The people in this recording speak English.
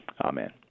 Amen